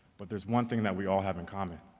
but there's one thing that we all have in common.